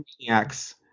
maniacs